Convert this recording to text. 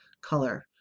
color